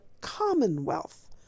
commonwealth